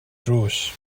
drws